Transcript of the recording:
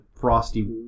frosty